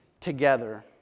together